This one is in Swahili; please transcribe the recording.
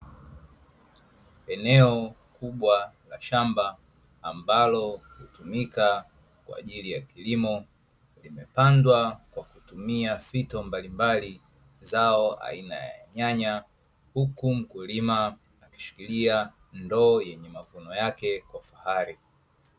Eneo kubwa la shamba ambalo hutumika kwa ajili ya kilimo, imepandwa kwa kutumia fito mbalimbali zao aina ya nyanya, huku mkulima akishikilia ndoo yenye mavuno yake kwa fahari.